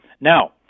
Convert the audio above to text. Now